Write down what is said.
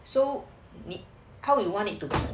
so 你 how you want it to be